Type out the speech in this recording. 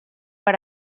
per